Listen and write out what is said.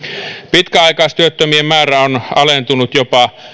pitkäaikaistyöttömien määrä on alentunut jopa